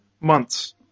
months